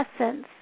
essence